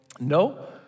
No